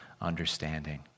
understanding